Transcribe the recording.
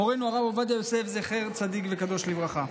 מורנו הרב עובדיה יוסף, זכר צדיק וקדוש לברכה.